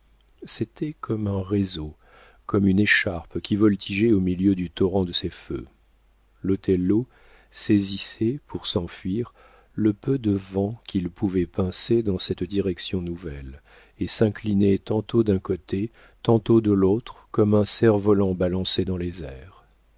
c'était comme un réseau comme une écharpe qui voltigeait au milieu du torrent de ses feux l'othello saisissait pour s'enfuir le peu de vent qu'il pouvait pincer dans cette direction nouvelle et s'inclinait tantôt d'un côté tantôt de l'autre comme un cerf-volant balancé dans les airs